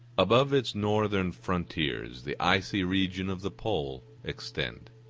above its northern frontiers the icy regions of the pole extend